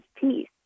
peace